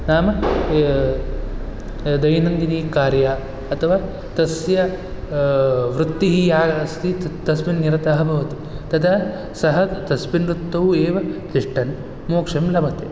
नाम दैनन्दिनीकार्य अथवा तस्य वृत्तिः या अस्ति तस्मिन् निरताः भवति तदा सः तस्मिन् वृत्तौ एव तिष्टन् मोक्षं लभते